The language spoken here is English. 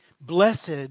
blessed